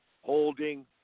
holding